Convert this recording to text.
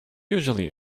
usually